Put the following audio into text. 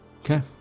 Okay